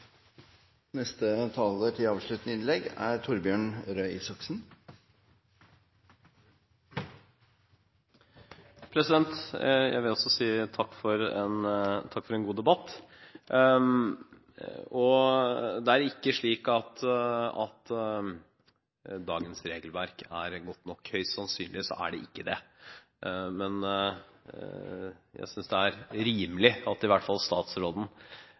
Jeg vil også si takk for en god debatt. Dagens regelverk er ikke godt nok – høyst sannsynlig er det ikke det. Men jeg synes det er rimelig at i hvert fall statsråden